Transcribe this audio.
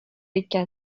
икән